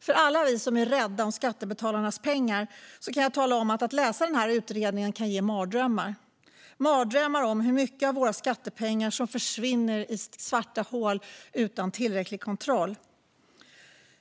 För alla som är rädda om skattebetalarnas pengar kan jag tala om att det kan ge mardrömmar att läsa denna utredning - mardrömmar om hur mycket av våra skattepengar som försvinner i svarta hål utan tillräcklig kontroll.